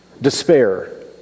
Despair